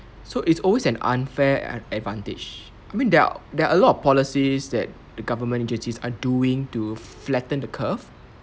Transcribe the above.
so it's always an unfair advantage I mean there are there are a lot of policies that the government agencies are doing to flatten the curve